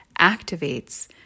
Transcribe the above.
activates